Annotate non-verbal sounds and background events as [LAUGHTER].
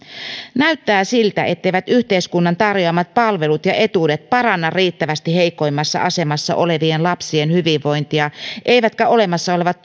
näyttää siltä etteivät yhteiskunnan tarjoamat palvelut ja etuudet paranna riittävästi heikoimmassa asemassa olevien lapsien hyvinvointia eivätkä olemassa olevat [UNINTELLIGIBLE]